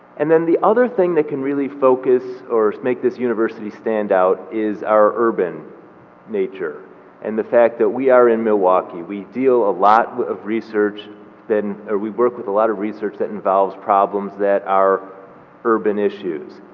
and then the other thing that can really focus or make this university stand out is our urban nature and the fact that we are in milwaukee, we deal a lot of research or we work with a lot of research that involves problems that are urban issues.